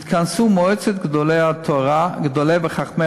יתכנסו מועצת גדולי התורה ומועצת חכמי